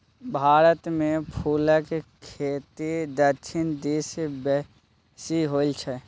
भारतमे फुलक खेती दक्षिण दिस बेसी होय छै